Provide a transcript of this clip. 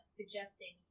suggesting